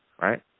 right